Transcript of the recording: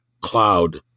cloud